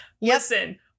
Listen